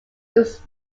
was